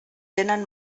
vénen